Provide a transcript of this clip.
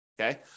Okay